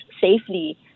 safely